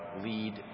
lead